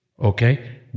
Okay